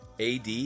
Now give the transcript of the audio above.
AD